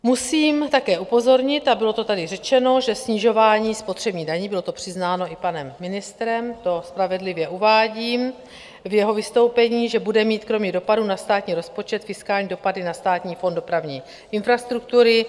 Musím také upozornit, a bylo to tady řečeno, že snižování spotřebních daní, bylo to přiznáno i panem ministrem, to spravedlivě uvádím, v jeho vystoupení, bude mít kromě dopadů na státní rozpočet fiskální dopady na Státní fond dopravní infrastruktury.